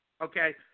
okay